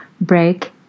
Break